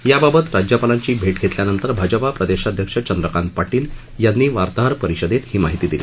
याबाबत राज्यपालांची भेट घेतल्यानंतर भाजपा प्रदेशाध्यक्ष चंद्रकांत पाटील यांनी वार्ताहर परिषदेत ही माहिती दिली